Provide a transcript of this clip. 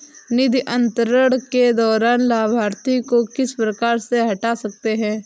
निधि अंतरण के दौरान लाभार्थी को किस प्रकार से हटा सकते हैं?